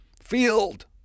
field